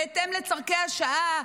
בהתאם לצורכי השעה.